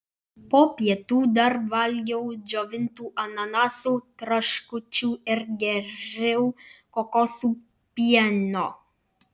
po pietų dar valgiau džiovintų ananasų traškučių ir gėriau kokosų pieno